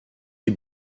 die